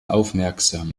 aufmerksam